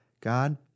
God